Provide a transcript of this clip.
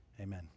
amen